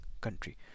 country